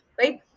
right